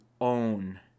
own